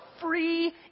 free